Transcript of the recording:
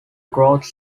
growth